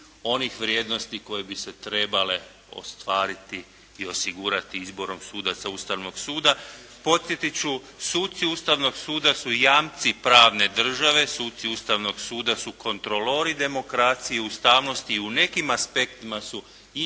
onih vrijednosti koje bi se trebali ostvariti i osigurati izborom sudaca Ustavnog suda. Posjetiti ću, suci Ustavnog suda su jamci pravne države, suci Ustavnog suda su kontroli demokracije, ustavnosti, u nekim aspektima su i iznad